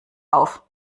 auf